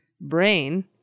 brain